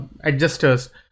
adjusters